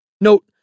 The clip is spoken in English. Note